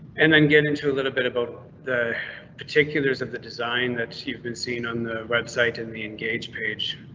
and then get into a little bit about the particulars of the design that you've been seeing on the website. in the engage page.